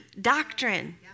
doctrine